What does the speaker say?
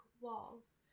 walls